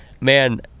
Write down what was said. man